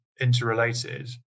interrelated